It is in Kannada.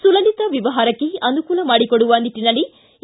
ಸುಲಲಿತ ವ್ಯವಹಾರಕ್ಕೆ ಅನುಕೂಲ ಮಾಡಿಕೊಡುವ ನಿಟ್ಟನಲ್ಲಿ ಎ